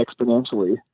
exponentially